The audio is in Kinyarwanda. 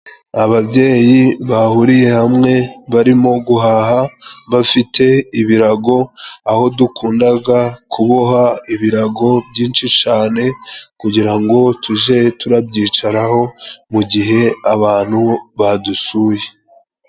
Ababyeyi bahuriye hamwe barimo guhaha. Bafite ibirago, aho dukunda kuboha ibirago byinshi cyane kugira ngo tujye turabyicaraho mu gihe abantu badusuye.